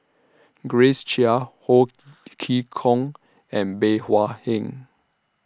Grace Chia Ho Chee Kong and Bey Hua Heng